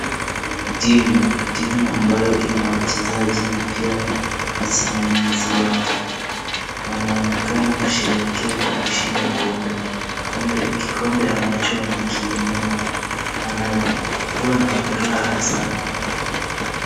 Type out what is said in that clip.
Timu ambayo ina wachezaji na pia wasimamizi wake wanaonekana kusherehekea kwa kushinda kombe. Kikombe ambacho wamekiinua. Wanakuwa na furaha sana.